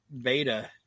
Beta